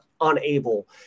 unable